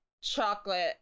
Chocolate